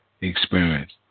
experience